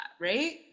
right